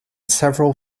several